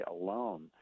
alone